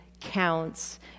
counts